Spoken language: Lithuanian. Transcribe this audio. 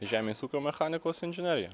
žemės ūkio mechanikos inžinerija